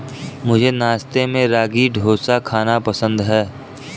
मुझे नाश्ते में रागी डोसा खाना पसंद है